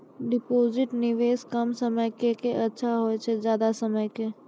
Deposit निवेश कम समय के के अच्छा होय छै ज्यादा समय के?